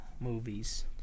movies